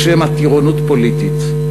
או שמא טירונות פוליטית,